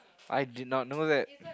I did not know that